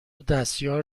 دستیار